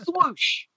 swoosh